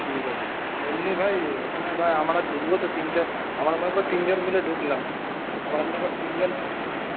ঠিক আছে এমনি ভাই এইখানে ভাই আমরা ঢুকবো তো তিন চার আমরা মনে কর তিনজন মিলে ঢুকলাম আমরা মনে কর তিনজন মি